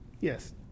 Yes